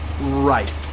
Right